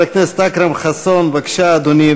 חבר הכנסת אכרם חסון, בבקשה, אדוני.